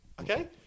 Okay